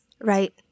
right